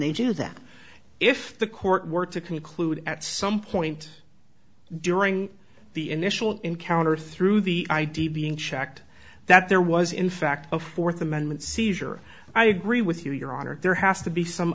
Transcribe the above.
they do that if the court were to conclude at some point during the initial encounter through the id being checked that there was in fact a fourth amendment seizure i agree with you your honor there has to be some